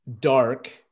dark